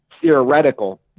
theoretical